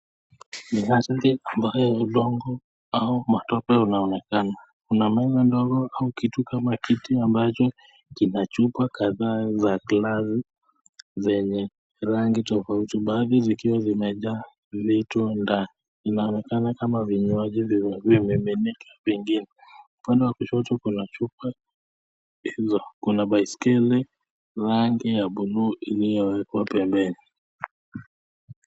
Ni hashiki ambayo udongo au matope unaonekana, kuna mwanya ndogo au kitu kama kitu kina chupa kadhaa za glasi zenye rangi tofauti, baadhi zikiwa zimejaa vitu ndani inaonekana kama vinywaji zimemiminika kwingine upande wa kushoto kuna chupa hizo, kuna baiskeli rangi ya blue iliyowekwa pembeni.